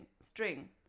string